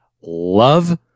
love